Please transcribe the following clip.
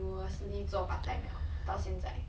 sec two 是不是 like 十四岁